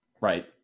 Right